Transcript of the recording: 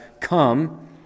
come